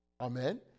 Amen